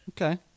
Okay